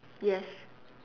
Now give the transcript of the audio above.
yes